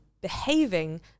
behaving